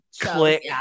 Click